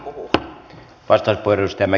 arvoisa puhemies